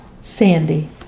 Sandy